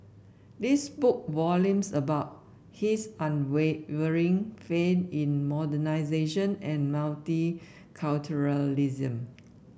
this spoke volumes about his unwavering faith in modernisation and multiculturalism